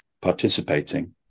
participating